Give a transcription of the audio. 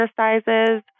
exercises